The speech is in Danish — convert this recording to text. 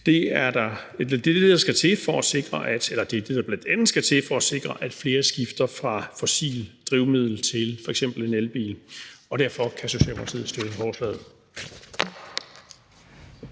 Det er det, der bl.a. skal til for at sikre, at flere skifter fra fossilt drivmiddel til f.eks. en elbil, og derfor kan Socialdemokratiet støtte forslaget.